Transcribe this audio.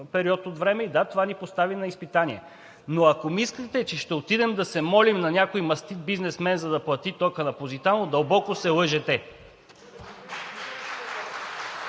период от време – и, да, това ни постави на изпитание. Но ако мислите, че ще отидем да се молим на някой мастит бизнесмен, за да плати тока на „Позитано“, дълбоко се лъжете.